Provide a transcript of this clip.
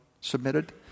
submitted